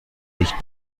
nicht